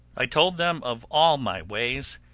i told them of all my ways,